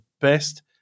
best